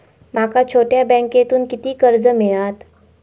माका छोट्या बँकेतून किती कर्ज मिळात?